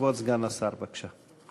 כבוד סגן השר, בבקשה.